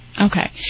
Okay